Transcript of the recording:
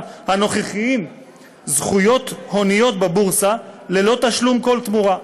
הנוכחיים זכויות הוניות בבורסה ללא תשלום כל תמורה.